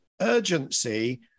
urgency